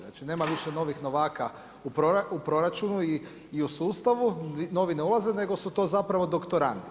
Znači nema više novih novaka u proračunu i u sustavu, novine ulaze, nego su to zapravo doktorandi.